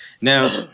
Now